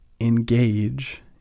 engage